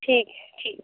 ठीक है ठीक